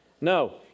No